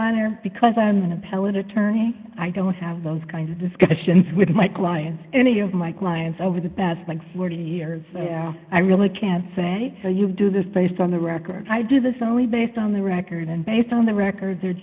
honor because i'm an appellate attorney i don't have those kinds of discussions with my clients any of my clients over the past like forty years i really can't say any you do this based on the record i do this only based on the record and based on the record there